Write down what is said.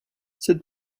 cette